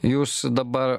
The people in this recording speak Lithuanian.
jūs dabar